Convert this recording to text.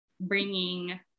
bringing